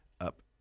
up